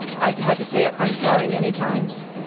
i've had to say i'm sorry many times.